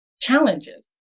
challenges